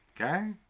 okay